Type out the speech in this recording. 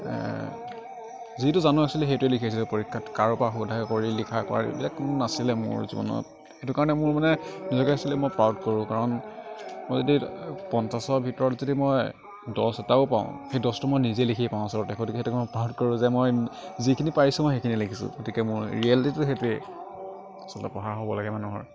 যিটো জানো এক্সুৱেলি সেইটোৱে লিখিছিলোঁ পৰীক্ষাত কাৰোঁ পৰা সোধা কৰি লিখা কৰা এইবিলাক নাছিলে মোৰ জীৱনত সেইকাৰণে মোৰ মানে নিজকে এক্সুৱেলি প্ৰাউড কৰোঁ কাৰণ মই যদি পঞ্চাছৰ ভিতৰত যদি মই দহ এটাও পাওঁ সেই দহটো মই নিজেই লিখিয়ে পাওঁ আচলতে গতিকে অভ্য়াস কৰোঁ যে মই যিখিনি পাৰিছোঁ মই সেইখিনিয়ে লিখিছোঁ গতিকে মোৰ ৰিয়েলিটীটো সেইটোৱেই আচলতে পঢ়াৰ হ'ব লাগে মানে মানুহৰ